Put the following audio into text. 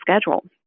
schedule